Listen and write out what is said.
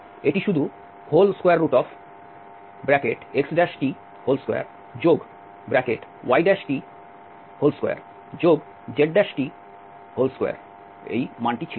এটি শুধু xt2yt2zt2 ছিল